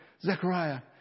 Zechariah